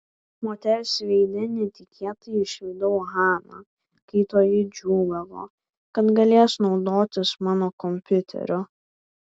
moters veide netikėtai išvydau haną kai toji džiūgavo kad galės naudotis mano kompiuteriu